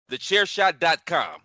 TheChairShot.com